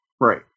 right